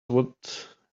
what